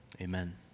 Amen